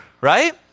right